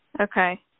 Okay